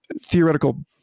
theoretical